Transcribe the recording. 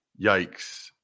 yikes